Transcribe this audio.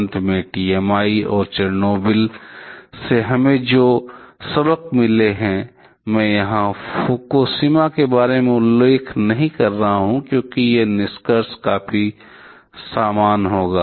अंत में टीएमआई और चेरनोबिल से हमें जो सबक मिले हैं मैं यहां फुकुशिमा के बारे में उल्लेख नहीं कर रहा हूं क्योंकि एक निष्कर्ष काफी समान होगा